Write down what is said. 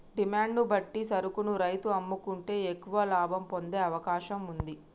demand ను బట్టి సరుకును రైతు అమ్ముకుంటే ఎక్కువ లాభం పొందే అవకాశం వుంది